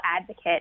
advocate